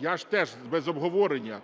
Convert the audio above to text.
Я ж теж, без обговорення.